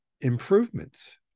improvements